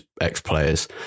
ex-players